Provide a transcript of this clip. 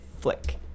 flick